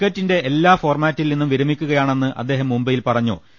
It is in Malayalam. ക്രിക്ക റ്റിന്റെ എല്ലാ ഫോർമാറ്റിൽ നിന്നും വിരമിക്കുകയാണെന്ന് അദ്ദേഹം മുംബൈയിൽ പറഞ്ഞു